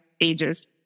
ages